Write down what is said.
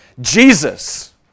Jesus